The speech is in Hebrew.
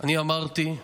אני אמרתי,